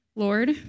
Lord